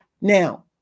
Now